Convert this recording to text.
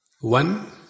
One